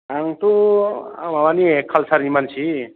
आंथ' आं माबानि कालसारनि मानसि